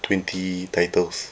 twenty titles